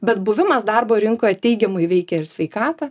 bet buvimas darbo rinkoje teigiamai veikia ir sveikatą